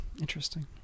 Interesting